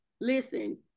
listen